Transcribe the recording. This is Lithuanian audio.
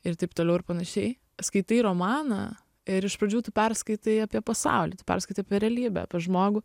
ir taip toliau ir panašiai skaitai romaną ir iš pradžių tu perskaitai apie pasaulį tu perskaitai apie realybę apie žmogų